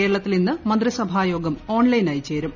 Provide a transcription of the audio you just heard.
കേരളത്തിൽ ഇന്ന് മന്ത്രിസഭായോഗം ഓൺലൈനായി ചേരും